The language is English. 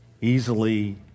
easily